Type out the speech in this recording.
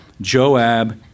Joab